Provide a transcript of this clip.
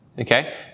okay